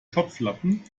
topflappen